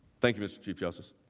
thank you mr. chief justice.